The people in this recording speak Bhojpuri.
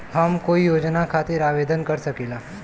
हम कोई योजना खातिर आवेदन कर सकीला?